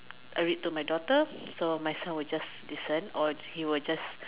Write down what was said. I read to my daughter so my son would just listen or he would just